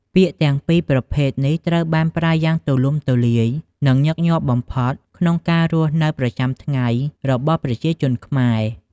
ពាក្យទាំងពីរនេះត្រូវបានប្រើយ៉ាងទូលំទូលាយ និងញឹកញាប់បំផុតក្នុងការរស់នៅប្រចាំថ្ងៃរបស់ប្រជាជនខ្មែរ